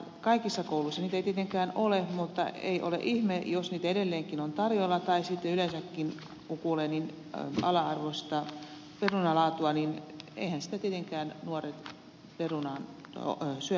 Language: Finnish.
kaikissa kouluissa niitä ei tietenkään ole mutta ei ole ihme jos niitä edelleenkin on tarjolla tai sitten yleensäkin kun kuulee ala arvoista perunalaatua että eiväthän sitä tietenkään nuoret perunaa syömään opi